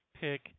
pick